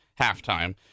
halftime